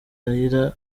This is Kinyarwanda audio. raila